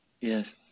Yes